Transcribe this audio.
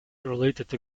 related